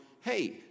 hey